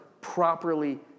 properly